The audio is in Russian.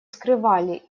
скрывали